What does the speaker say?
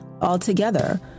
altogether